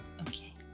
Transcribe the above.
Okay